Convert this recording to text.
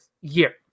year